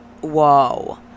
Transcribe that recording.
whoa